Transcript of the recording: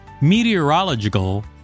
Meteorological